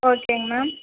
ஓகேங்க மேம்